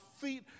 feet